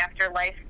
afterlife